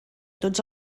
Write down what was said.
tots